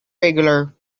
regular